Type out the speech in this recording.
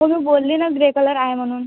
हो मी बोलली ना ग्रे कलर आहे म्हणून